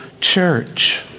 church